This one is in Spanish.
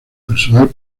personal